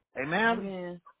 Amen